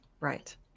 Right